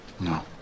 No